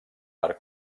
per